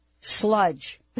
sludge